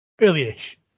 Early-ish